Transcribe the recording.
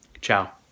ciao